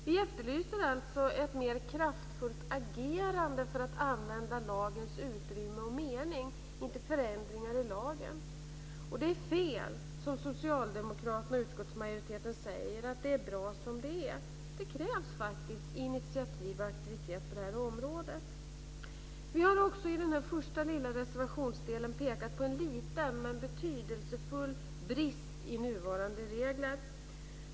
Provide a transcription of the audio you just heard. Vi efterlyser alltså ett mer kraftfullt agerande för att använda lagens utrymme och mening, inte förändringar i lagen. Och det är fel, som socialdemokraterna och utskottsmajoriteten säger, att det är bra som det är. Det krävs faktiskt initiativ och aktivitet på detta område. Vi har också i denna första reservationsdel pekat på en liten men betydelsefull brist i nuvarande regler.